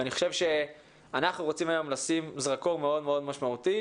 אני חושב שאנחנו רוצים היום לשים זרקור מאוד מאוד משמעותי,